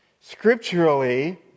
Scripturally